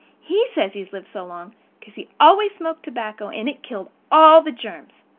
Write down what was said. he says he's lived so long cause he always smoked tobacco and it killed all the germs.